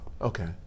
Okay